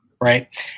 right